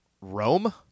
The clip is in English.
Rome